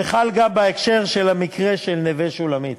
וחל גם בהקשר של המקרה של "נווה שולמית".